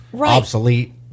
obsolete